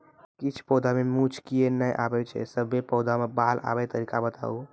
किछ पौधा मे मूँछ किये नै आबै छै, सभे पौधा मे बाल आबे तरीका बताऊ?